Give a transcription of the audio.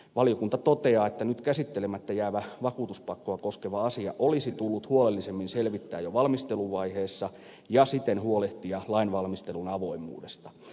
valiokunta toteaa että nyt käsittelemättä jäävä vakuutuspakkoa koskeva asia olisi tullut huolellisemmin selvittää jo valmisteluvaiheessa ja siten huolehtia lainvalmistelun avoimuudesta